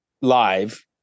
live